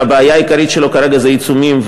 והבעיה העיקרית שלו כרגע זה עיצומים,